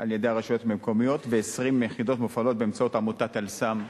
על-ידי הרשויות מקומיות ו-20 יחידות מופעלות באמצעות עמותת "אל סם"